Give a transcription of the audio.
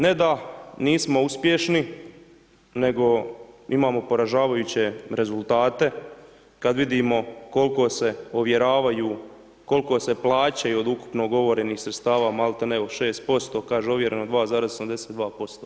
Ne da nismo uspješni, nego imamo poražavajuće rezultate, kad vidimo kol'ko se ovjeravaju, kol'ko se plaćaju od ukupno ugovorenih sredstava, maltene ne u 6%, ovjereno 2,82%